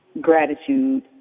gratitude